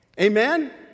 Amen